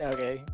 Okay